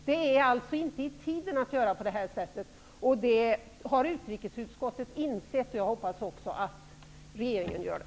Det är inte i tiden att göra på detta sätt, och det har utrikesutskottet insett. Jag hoppas att också regeringen gör det.